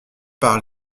par